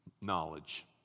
Knowledge